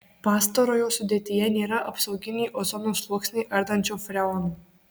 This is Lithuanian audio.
pastarojo sudėtyje nėra apsauginį ozono sluoksnį ardančio freono